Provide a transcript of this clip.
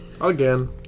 Again